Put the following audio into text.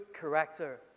character